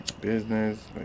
business